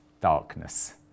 darkness